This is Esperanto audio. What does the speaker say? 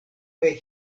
kaj